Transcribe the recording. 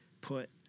put